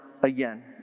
again